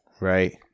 right